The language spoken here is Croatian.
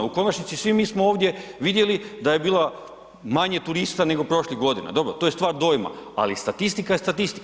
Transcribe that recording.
U konačnici, svi mi smo ovdje vidjeli da je bilo manje turista nego prošlih godina, dobro, to je stvar dojma, ali statistika je statistika.